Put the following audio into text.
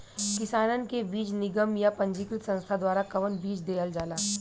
किसानन के बीज निगम या पंजीकृत संस्था द्वारा कवन बीज देहल जाला?